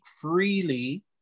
freely